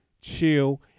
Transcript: chill